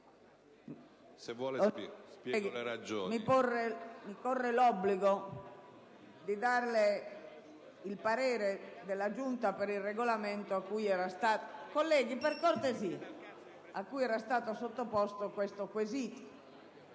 Mi corre l'obbligo di comunicarle il parere della Giunta per il Regolamento, a cui era stato sottoposto tale quesito.